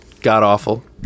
god-awful